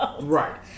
Right